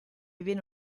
viene